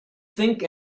think